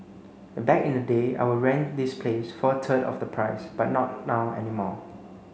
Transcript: back in the day I would rent this place for a third of the price but not now anymore